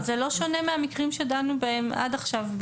זה לא שונה מהמקרים שדנו בהם עד עכשיו.